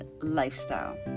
lifestyle